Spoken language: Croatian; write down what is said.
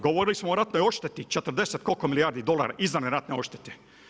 Govorili smo o ratnoj ošteti, 40 koliko milijardi dolara izvanredne odštete.